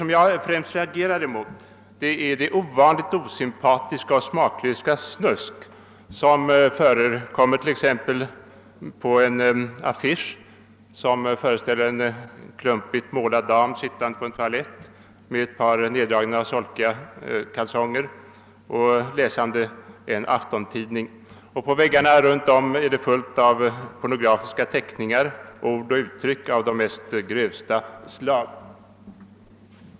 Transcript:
Vad jag främst reagerar mot är det ovanligt osympatiska och smaklösa snusk, som förekommer t.ex. på en affisch vilken föreställer en klumpigt målad dam sittande på en toalett med ett par neddragna solkiga kalsonger och läsande en aftontidning. På väggarna omkring henne är det fullt av pornografiska teckningar och ord och uttryck av de grövsta slag.